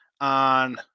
on